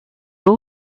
all